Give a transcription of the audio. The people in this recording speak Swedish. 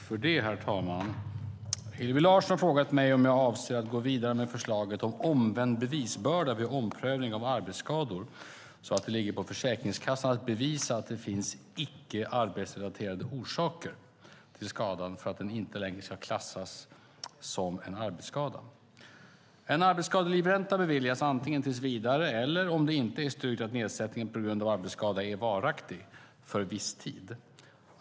Herr talman! Hillevi Larsson har frågat mig om jag avser att gå vidare med förslaget om omvänd bevisbörda vid omprövningar av arbetsskador så att det ligger på Försäkringskassan att bevisa att det finns "icke arbetsrelaterade orsaker" till skadan för att den inte längre ska klassas som en arbetsskada. En arbetsskadelivränta beviljas antingen tills vidare eller, om det inte är styrkt att nedsättningen på grund av arbetsskada är varaktig, för viss tid.